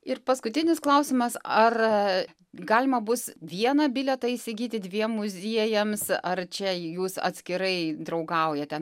ir paskutinis klausimas ar galima bus vieną bilietą įsigyti dviem muziejams ar čia jūs atskirai draugaujate